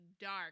dark